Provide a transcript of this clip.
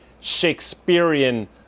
Shakespearean